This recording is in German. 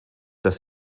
dass